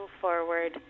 forward